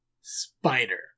spider